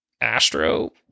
Astro